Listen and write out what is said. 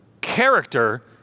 Character